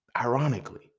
ironically